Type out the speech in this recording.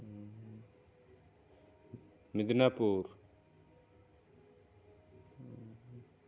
Medinipur